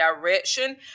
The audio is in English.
direction